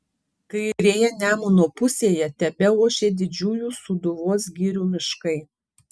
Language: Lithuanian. kairėje nemuno pusėje tebeošė didžiųjų sūduvos girių miškai